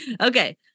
Okay